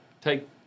take